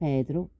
Pedro